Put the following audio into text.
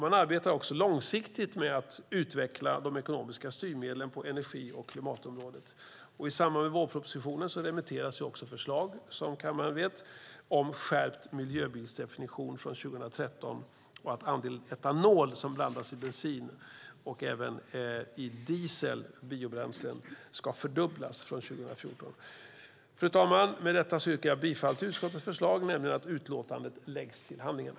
Man arbetar också långsiktigt med att utveckla de ekonomiska styrmedlen på energi och klimatområdet. I samband med vårpropositionen remitteras även förslag, som kammaren vet, om en skärpt miljöbilsdefinition från 2013 och att andelen etanol som blandas i bensin och även i diesel och biobränslen ska fördubblas från 2014. Fru talman! Med detta yrkar jag bifall till utskottets förslag att utlåtandet läggs till handlingarna.